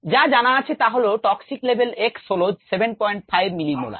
যা জানা আছে তা হল টক্সিক লেভেল X হল 75 মিলিমোলার